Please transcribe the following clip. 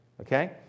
Okay